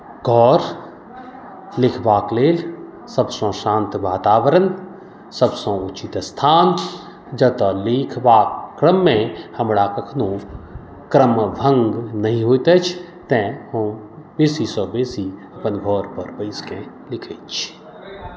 cause लिखबाक लेल स्वच्छ व शान्त वातावरण सभसँ उचित स्थान जतय लिखबाक क्रममे हमरा कखनहुँ क्रमभङ्ग नहि होइत अछि तैँ हम बेसीसँ बेसी अपन घरपर बैसिके लिखैत छी